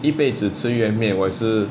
一辈子鱼圆面我也是